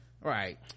Right